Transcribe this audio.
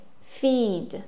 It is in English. feed